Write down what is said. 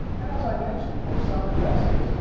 and as i mentioned, for some investors,